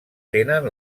tenen